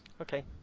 Okay